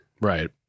right